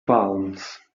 palms